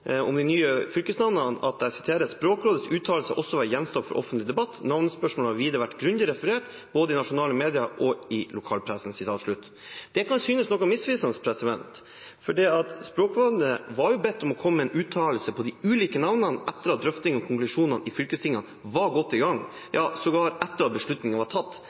nasjonale medier og i lokalpressen.» Det kan synes noe misvisende, for Språkrådet var bedt om å komme med en uttalelse til de ulike navnene etter at drøfting og konkludering i fylkestingene var godt i gang – ja, sågar etter at beslutning var tatt.